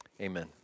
Amen